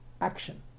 Action